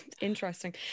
Interesting